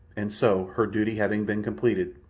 and so, her duty having been completed,